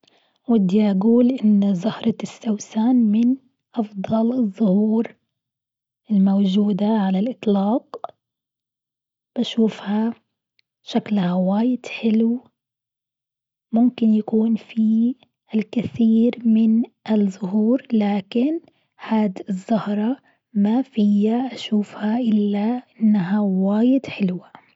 ودي أقول إن زهرة السوسن من أفضل الزهور الموجودة على الإطلاق، بشوفها شكلها واجد حلو، ممكن يكون في الكثير من الزهور لكن هاد الزهرة ما فيا أشوفها إالا أنها واجد حلوة.